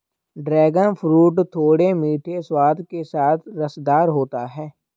dragon fruit थोड़े मीठे स्वाद के साथ रसदार होता है